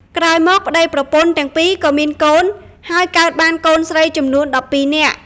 ក្រោយមកប្តីប្រពន្ធទាំងពីរក៏មានកូន ហើយកើតបានកូនស្រីចំនួន១២នាក់។